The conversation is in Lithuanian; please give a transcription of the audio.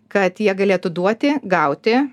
kad jie galėtų duoti gauti